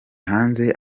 hanze